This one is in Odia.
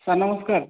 ସାର୍ ନମସ୍କାର